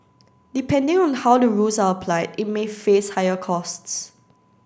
depending on how the rules are applied it may face higher costs